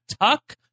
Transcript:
tuck